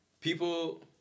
people